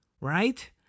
Right